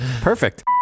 Perfect